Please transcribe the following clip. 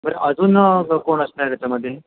बरं अजून कोण असणार त्याच्यामध्ये